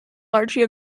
largely